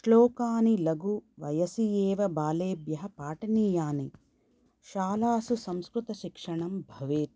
श्लोकानि लघुवयसि एव बालेभ्यः पाठनीयानि शालासु संस्कृतशिक्षणं भवेत्